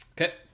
Okay